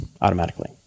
automatically